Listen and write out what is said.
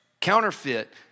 Counterfeit